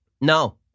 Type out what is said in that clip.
No